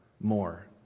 more